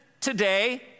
today